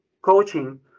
coaching